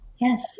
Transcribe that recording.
Yes